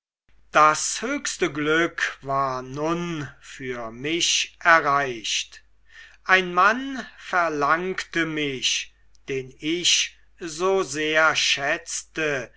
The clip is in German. das höchste glück war nun freilich für mich er reicht ein mann verlangte mich den ich so sehr schätzte